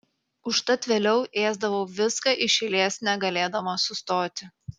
užtat vėliau ėsdavau viską iš eilės negalėdama sustoti